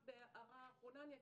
רק בהערה אחרונה אגיד,